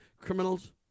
criminals